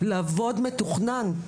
לעבוד מתוכנן.